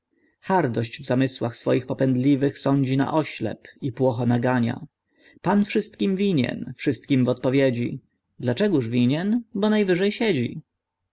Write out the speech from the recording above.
hardość w zamysłach swoich popędliwych sądzi na oślep i płocho nagania pan wszystkim winien wszystkim w odpowiedzi dla czegoż winien bo najwyżej siedzi